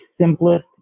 simplest